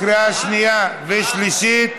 לקריאה שנייה ושלישית.